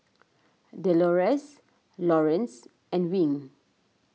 Delores Laurence and Wing